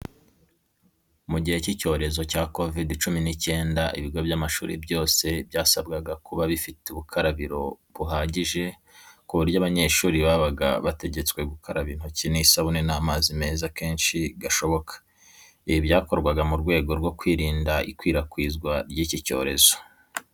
Mu gihe cy'icyorezo cya Kovide cumi n'icyenda, ibigo by'amashuri byose byasabwaga kuba bifite ubukarabiro buhagije ku buryo abanyesguri babaga bategetswe gukaraba intoki n'isabune n'amazi meza kenshi gashoboka. Ibi byakorwaga mu rwego rwo kwirinda ikwirakwizwa ry'iki cyorezo.